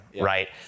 right